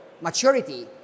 maturity